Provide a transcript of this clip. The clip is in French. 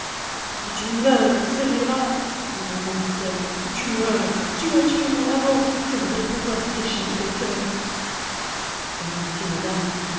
que tu meures scélérat lui répondit-elle que tu meures tu as tué mon amant je voudrais pouvoir déchirer ton coeur en vérité madame